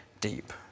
deep